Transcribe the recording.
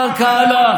12 שנה.